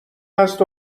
هست